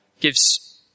gives